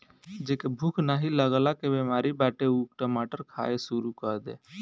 जेके भूख नाही लागला के बेमारी बाटे उ टमाटर खाए शुरू कर दे